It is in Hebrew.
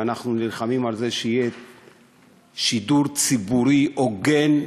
ואנחנו נלחמים על זה שיהיה שידור ציבורי הוגן,